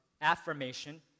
affirmation